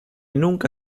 nunca